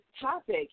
topic